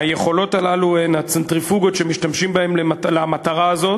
היכולות האלה הן הצנטריפוגות שמשתמשים בהן למטרה הזאת,